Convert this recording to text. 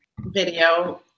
video